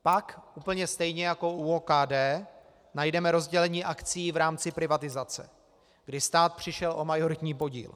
Pak, úplně stejně jako u OKD, najdeme rozdělení akcií v rámci privatizace, kdy stát přišel o majoritní podíl.